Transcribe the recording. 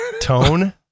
Tone